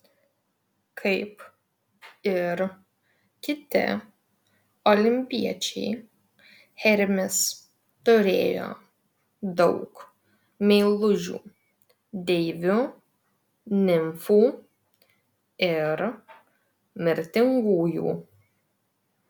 kaip ir kiti olimpiečiai hermis turėjo daug meilužių deivių nimfų ir mirtingųjų